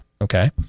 Okay